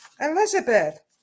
Elizabeth